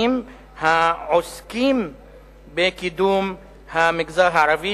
מהארגונים העוסקים בקידום המגזר הערבי,